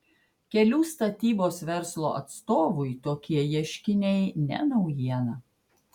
kelių statybos verslo atstovui tokie ieškiniai ne naujiena